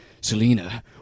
Selena